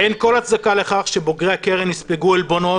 אין כל הצדקה לכך שבוגרי הקרן יספגו עלבונות,